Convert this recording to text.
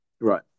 Right